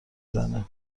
زنه